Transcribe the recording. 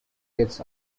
its